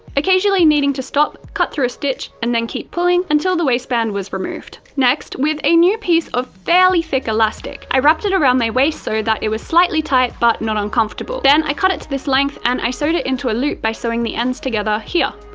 occasionally needing to stop, cut through a stitch, and then keep pulling, until the waistband was removed. next, with a new piece of fairly thick elastic, i wrapped it around my waist so that it was slightly tight, but not uncomfortable. then i cut it to this length and i sewed it into a loop by sewing the ends together here.